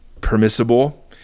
permissible